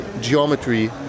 geometry